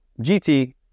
GT